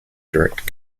direct